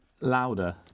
Louder